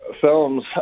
films